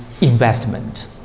investment